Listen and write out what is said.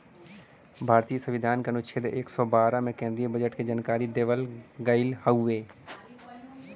भारतीय संविधान के अनुच्छेद एक सौ बारह में केन्द्रीय बजट के जानकारी देवल गयल हउवे